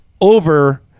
over